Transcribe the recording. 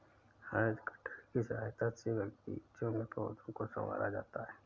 has cutter की सहायता से बागीचों में पौधों को सँवारा जाता है